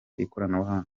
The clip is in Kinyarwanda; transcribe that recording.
ikoranabuhanga